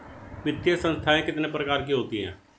वित्तीय संस्थाएं कितने प्रकार की होती हैं?